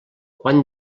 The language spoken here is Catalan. quant